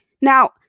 Now